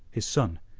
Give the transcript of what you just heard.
his son,